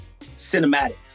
cinematic